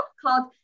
called